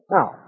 Now